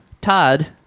Todd